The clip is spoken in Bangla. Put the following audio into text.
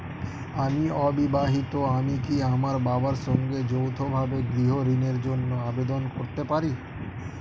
আমি অবিবাহিতা আমি কি আমার বাবার সঙ্গে যৌথভাবে গৃহ ঋণের জন্য আবেদন করতে পারি?